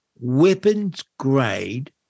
weapons-grade